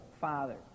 father